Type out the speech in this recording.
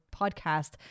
podcast